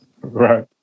Right